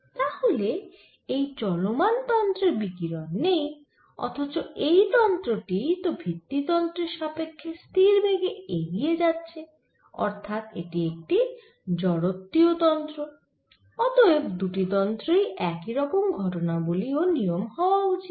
তাহলে এই চলমান তন্ত্রে বিকিরণ নেই অথচ এই তন্ত্র টি তো ভিত্তি তন্ত্রের সাপেক্ষ্যে স্থির বেগে এগিয়ে যাচ্ছে অর্থাৎ এটি একটি জড়ত্বীয় তন্ত্র অতএব দুটি তন্ত্রেই একইরকম ঘটনাবলি ও নিয়ম হওয়া উচিত